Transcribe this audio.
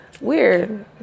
Weird